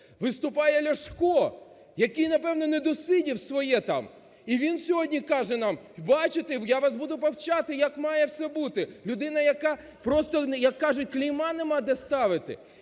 Виступає Ляшко, який, напевно, не досидів своє там. І він сьогодні каже нам, бачите, я вас буду повчати, як має все бути. Людина, яка просто, як кажуть, клейма немає де ставити.